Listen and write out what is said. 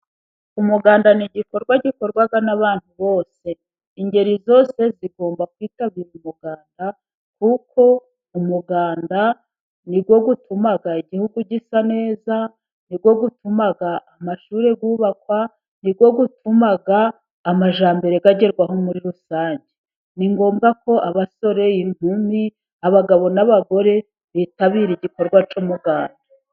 Umuganda ni igikorwa gikorwa n'abantu bose， ingeri zose zigomba kwitabira umuganda， kuko umuganda niwo utuma igihugu gisa neza，niwo utuma amashuri yubakwa， niwo utuma amajyambere agerwaho，muri rusange. Ni ngombwa ko abasore，inkumi，abagabo n'abagore， bitabira igikorwa cy'umuganda.